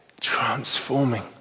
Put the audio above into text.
transforming